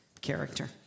character